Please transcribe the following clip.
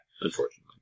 Unfortunately